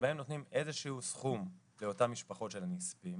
נותנים איזשהו סכום לאותן משפחות של הנספים